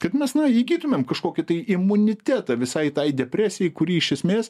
kad mes na įgytumėm kažkokį tai imunitetą visai tai depresijai kuri iš esmės